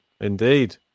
Indeed